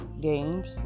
games